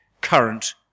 current